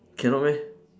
cannot meh